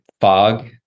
fog